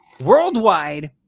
worldwide